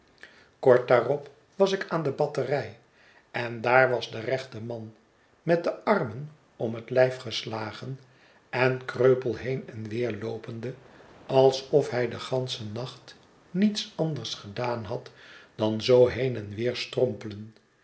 kort daarop was ik aan de batterij en daar was de rechte man met de armen om het lijf geslagen en kreupel heen en weer loopende alsof hij den ganschen nacht niets anders gedaan had dan zoo heen en weer strompelen